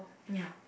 ya